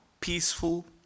peaceful